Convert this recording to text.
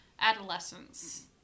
adolescence